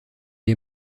est